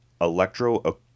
electro